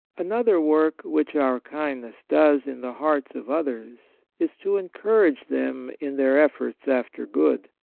another work which our kindness does in the hearts of others is to encourage them in their efforts after good.